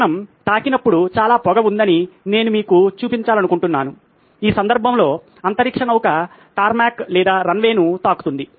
విమానం తాకినప్పుడు చాలా పొగ ఉందని నేను మీకు చూపించాలనుకుంటున్నాను ఈ సందర్భంలో అంతరిక్ష నౌక టార్మాక్ లేదా రన్వే ను తాకుతుంది